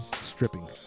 Stripping